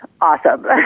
awesome